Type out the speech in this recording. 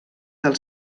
del